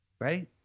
right